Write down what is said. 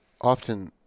often